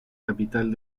capital